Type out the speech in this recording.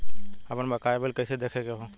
आपन बकाया बिल कइसे देखे के हौ?